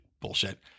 bullshit